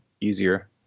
easier